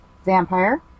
vampire